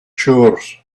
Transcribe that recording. chores